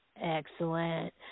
Excellent